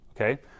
okay